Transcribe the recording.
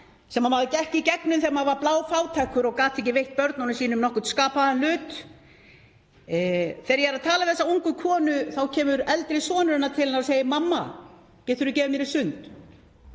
sem maður gekk í gegnum þegar maður var bláfátækur og gat ekki veitt börnunum sínum nokkurn skapaðan hlut. Þegar ég er að tala við þessa ungu konu kemur eldri sonur hennar til hennar og segir: Mamma, geturðu gefið mér í sund?